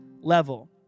level